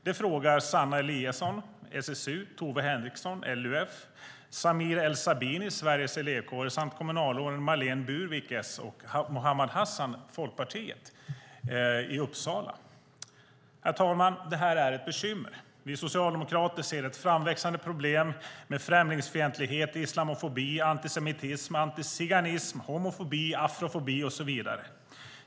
Det frågar Sanna Eliasson från SSU, Tove Henriksson från LUF, Samir El-Sabini från Sveriges Elevkårer samt kommunalråden Marlene Burwick, S, och Mohamad Hassan, FP i Uppsala. Herr talman! Det här är ett bekymmer. Vi socialdemokrater ser ett framväxande problem med främlingsfientlighet, islamofobi, antisemitism, antiziganism, homofobi, afrofobi och så vidare.